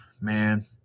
man